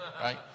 right